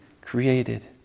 created